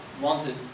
wanted